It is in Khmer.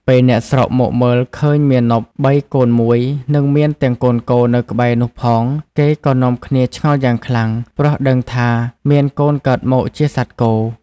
ពេលអ្នកស្រុកមកមើលឃើញមាណពបីកូនមួយនិងមានទាំងកូនគោនៅក្បែរនោះផង គេក៏នាំគ្នាឆ្ងល់យ៉ាងខ្លាំង ព្រោះដឹងថាមានកូនកើតមកជាសត្វគោ។